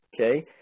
okay